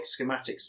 schematics